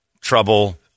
trouble